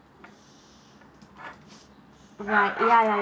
right ya ya ya